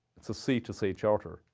it's a sea-to-sea charter.